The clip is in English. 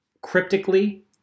cryptically